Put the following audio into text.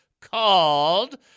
called